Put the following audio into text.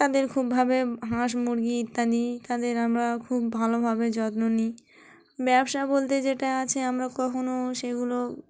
তাদের খুবভাবে হাঁস মুরগি ইত্যাদি তাদের আমরা খুব ভালোভাবে যত্ন নিই ব্যবসা বলতে যেটা আছে আমরা কখনও সেগুলো